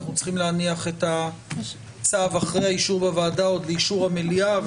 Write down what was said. אנחנו צריכים להניח את הצו אחרי האישור בוועדה עוד לאישור המליאה.